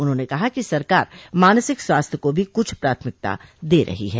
उन्होने कहा कि सरकार मानसिक स्वास्थ्य को भी कुछ प्राथमिकता दे रही है